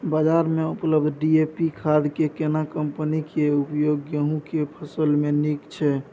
बाजार में उपलब्ध डी.ए.पी खाद के केना कम्पनी के उपयोग गेहूं के फसल में नीक छैय?